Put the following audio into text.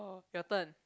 your turn